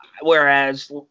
whereas